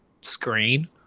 screen